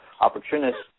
opportunists